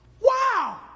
Wow